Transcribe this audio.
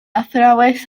athrawes